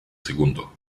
segundo